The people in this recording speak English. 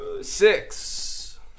six